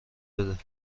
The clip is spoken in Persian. بده